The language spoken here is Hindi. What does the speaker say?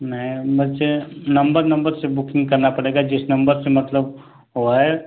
नही मचे नंबर नंबर से बुकिंग करना पड़ेगा जिस नंबर से मतलब ओ है